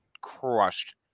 crushed